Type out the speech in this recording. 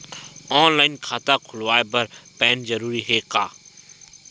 Online खाता खुलवाय बर पैन जरूरी हे का?